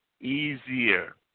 easier